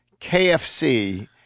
KFC